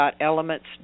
Elements